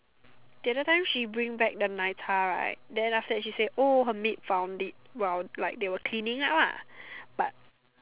the other time she bring back the 奶茶 right then after that she say oh her maid found it while like they were cleaning up ah but